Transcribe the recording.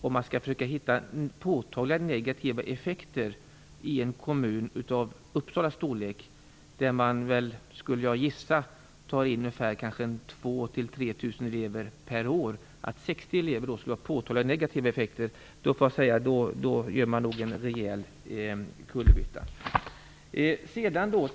Om man skall försöka hitta några påtagliga negativa effekter av 60 elever i en kommun av Uppsalas storlek, där man gissningsvis tar in 2 000-3 000 elever per år, gör man nog en rejäl kullerbytta.